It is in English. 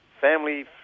family